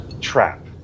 trap